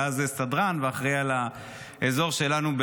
ואז סדרן ואחראי לאזור שלנו.